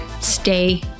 stay